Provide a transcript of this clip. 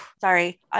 sorry